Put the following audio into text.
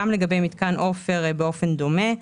גם לגבי מתקן עופר באופן דומה.